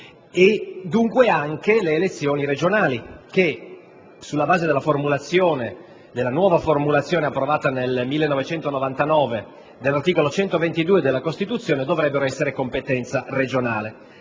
e dunque anche le elezioni regionali che, sulla base della nuova formulazione approvata nel 1999 dell'articolo 122 della Costituzione, dovrebbero essere competenza regionale.